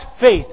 faith